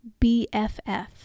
BFF